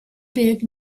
big